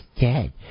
dead